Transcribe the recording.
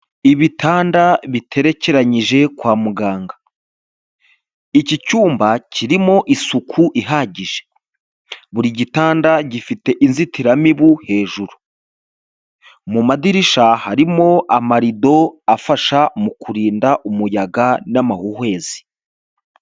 Ibitanda biterekeranyije kwa muganga, iki cyumba kirimo isuku ihagije, buri gitanda gifite inzitiramibu hejuru, mu madirishya harimo amarido afasha mu kurinda umuyaga n'amahuhwezi.